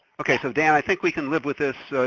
okay, so dan i think we can live with this,